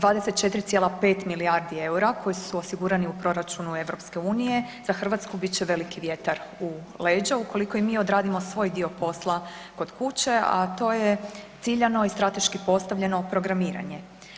24,5 milijardi EUR-a koji su osigurani u proračunu EU za Hrvatsku bit će veliki vjetar u leđa ukoliko i mi odradimo svoj dio posla kod kuće, a to je ciljano i strateški postavljeno programiranje.